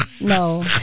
No